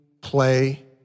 play